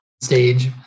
stage